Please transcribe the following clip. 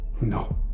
no